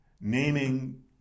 Naming